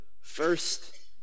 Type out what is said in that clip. first